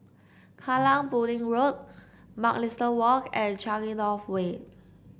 Kallang Pudding Road Mugliston Walk and Changi North Way